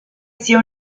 sia